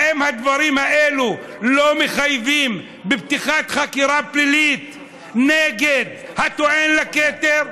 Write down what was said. האם הדברים האלה לא מחייבים פתיחת חקירה פלילית נגד הטוען לכתר?